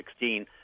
2016